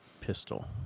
pistol